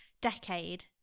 decade